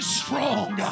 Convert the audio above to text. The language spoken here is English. strong